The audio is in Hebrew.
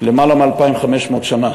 למעלה מ-2,500 שנה.